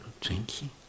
drinking